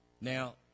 Now